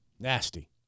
Nasty